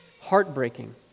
heartbreaking